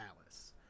Alice